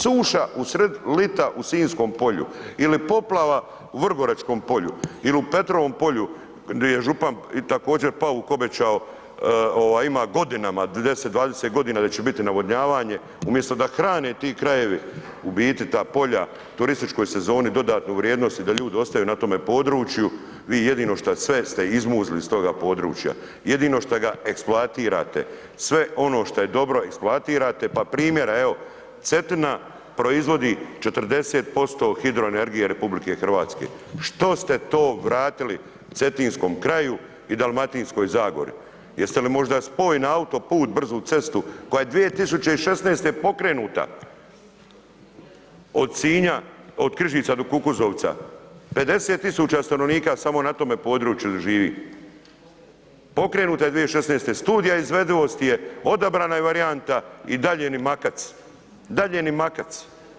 Suša usred lita u Sinjskom polju ili poplava u Vrgoračkom polju ili u Petrovom polju gdje je župan također Pauk obećao ima godinama 10, 20 godina da će biti navodnjavanje umjesto da hrane ti krajevi u biti ta polja turističkoj sezoni dodatnu vrijednost i da ljudi ostaju na tome području vi jedino šta ste sve izmuzli iz toga područja, jedno šta ga eksploatirate sve ono što je dobro eksploatirate, pa primjera evo Cetina proizvodi 40% hidroenergije RH, što ste to vratili Cetinskom kraju i Dalmatinskoj zagori, jeste li možda spoj na autoput brzu cestu koja je 2016. pokrenuta od Sinja, od Križica do Kukuzovca, 50 000 stanovnika samo na tome području da živi, pokrenuta je 2016., studija izvedivosti je, odabrana je varijanta i dalje ni makac, dalje ni makac.